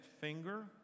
finger